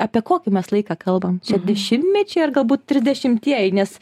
apie kokį mes laiką kalbam čia dešimtmečiai ar galbūt tridešimtieji nes